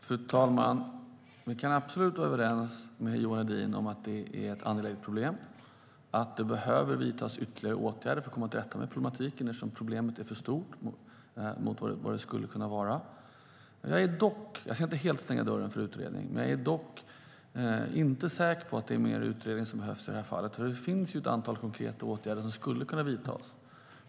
Fru talman! Vi kan absolut vara överens om att det är ett angeläget problem och att det behöver vidtas ytterligare åtgärder för att komma till rätta med det. Problemet är betydligt större än vad det borde vara. Jag ska inte helt stänga dörren för en utredning, men jag är inte säker på att det är mer utredning som behövs i det här fallet. Det finns ett antal konkreta åtgärder som skulle kunna vidtas.